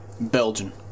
Belgian